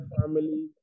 family